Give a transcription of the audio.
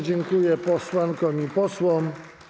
Dziękuję posłankom i posłom.